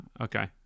okay